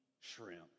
shrimp